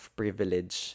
privilege